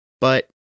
But-